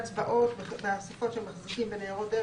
הצבעות באספות של מחזיקים בניירות ערך,